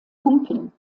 pumpen